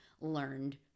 learned